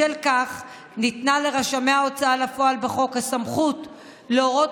בשל כך ניתנה לרשמי ההוצאה לפועל בחוק הסמכות להורות